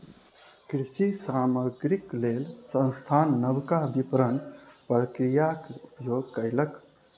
कृषि सामग्रीक लेल संस्थान नबका विपरण प्रक्रियाक उपयोग कयलक